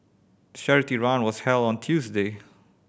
the charity run was held on Tuesday